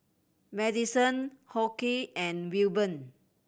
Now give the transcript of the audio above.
Madyson Hoke and Wilburn